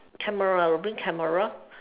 camera I will bring camera